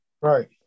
Right